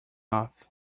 off